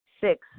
Six